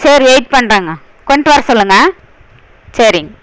சரி வெயிட் பண்ணுறேங்க கொண்ட்டு வர சொல்லுங்கள் சரிங்க